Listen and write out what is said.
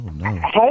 Hey